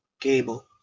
gable